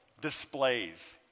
displays